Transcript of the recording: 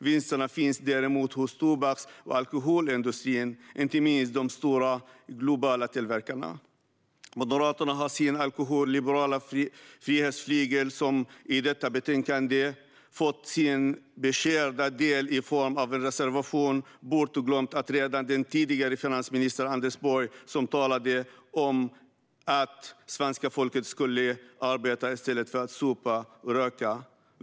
Vinsterna finns däremot hos tobaks och alkoholindustrin, inte minst de stora globala tillverkarna. Moderaterna har sin alkoholliberala frihetsflygel, som i detta betänkande fått sin beskärda del i form av en reservation. Bortglömd är redan den tidigare finansministern Anders Borg, som talade om att svenska folket skulle arbeta i stället för att supa och röka.